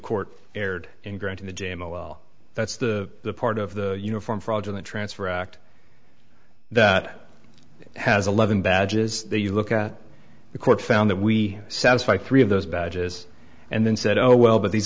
court erred in granting the damage well that's the part of the uniform fraudulent transfer act that has eleven badges they you look at the court found that we satisfy three of those badges and then said oh well but these